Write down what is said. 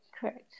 correct